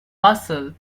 bustle